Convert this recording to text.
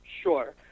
Sure